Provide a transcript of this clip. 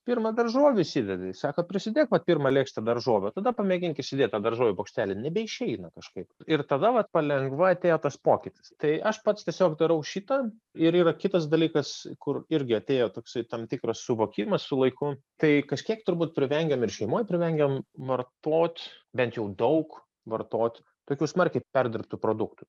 pirma daržovių įsidedi sako prisidėk pirmą lėkštę daržovių o tada pamėgink įsidėti tą daržovių bokštelį nebeišeina kažkaip ir tada vat palengva atėjo tas pokytis tai aš pats tiesiog darau šitą ir yra kitas dalykas kur irgi atėjo toksai tam tikras suvokimas su laiku tai kažkiek turbūt privengiam ir šeimoj privengiam vartot bent jau daug vartot tokių smarkiai perdirbtų produktų